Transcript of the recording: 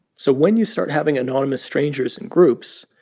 so when you start having anonymous strangers in groups,